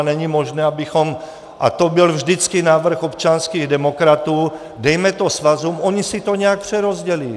A není možné, abychom, a to byl vždycky návrh občanských demokratů dejme to svazům, oni si to nějak přerozdělí.